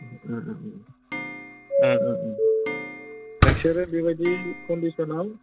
नोंसोरो बेबादि खन्दिसनआव